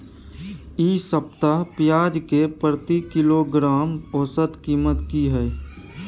इ सप्ताह पियाज के प्रति किलोग्राम औसत कीमत की हय?